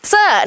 Sir